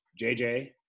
JJ